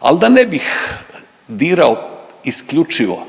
ali da ne bih dirao isključivo